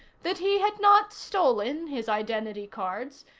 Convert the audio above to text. that he had not stolen his identity cards,